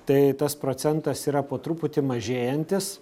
tai tas procentas yra po truputį mažėjantis